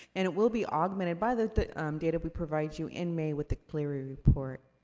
and it will be augmented by the the data we provide you in may with the clery report.